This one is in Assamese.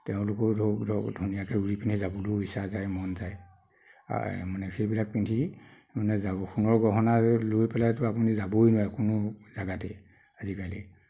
তেওঁলোকৰ ধৰক ধুনীয়াকৈ উৰি পিন্ধি যাবলৈও ইচ্ছা যায় মন যায় মানে সেইবিলাক পিন্ধি মানে যাব সোণৰ গহনা আৰু লৈ পেলাইটো আপুনি যাবয়ে নোৱাৰে কোনো জেগাতেই আজিকালি